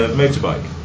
motorbike